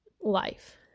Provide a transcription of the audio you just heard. life